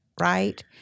right